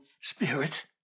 Spirit